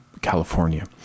California